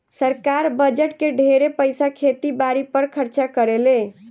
सरकार बजट के ढेरे पईसा खेती बारी पर खर्चा करेले